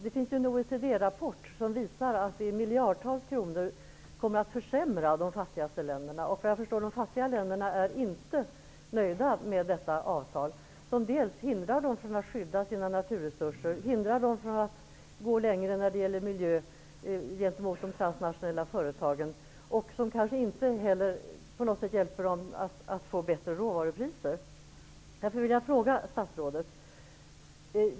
Det finns en OECD rapport som visar att det kommer att försämras för de fattigaste länderna i storleksordningen flera miljarder kronor. Såvitt jag förstår är de fattiga länderna inte nöjda med avtalet. Det hindrar dem från att skydda sina naturresurser och från att gå längre när det gäller miljö gentemot de transnationella företagen. Avtalet kanske inte heller hjälper dem att få bättre råvarupriser. Jag vill därför ställa en fråga till statsrådet.